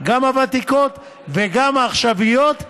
וגם העכשוויות.